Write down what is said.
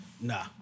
Nah